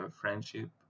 friendship